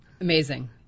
amazing